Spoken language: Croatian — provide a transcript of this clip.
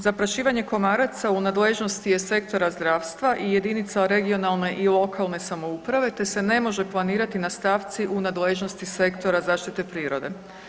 Zaprašivanje komaraca u nadležnosti je sektora zdravstva i jedinica regionalne i lokalne samouprave, te se ne može planirati na stavci u nadležnosti sektora zaštite prirode.